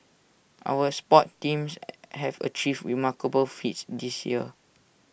our sports teams have achieved remarkable feats this year